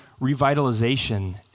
revitalization